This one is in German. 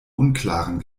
unklaren